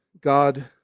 God